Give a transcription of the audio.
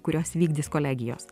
kurios vykdys kolegijos